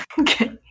Okay